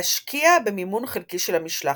להשקיע במימון חלקי של המשלחת.